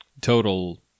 total